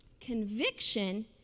conviction